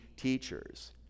teachers